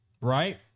right